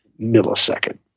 millisecond